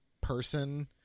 person